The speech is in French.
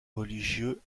religieux